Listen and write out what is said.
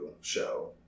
show